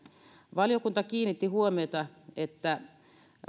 valiokunta kiinnitti huomiota siihen että